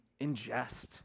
ingest